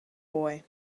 boy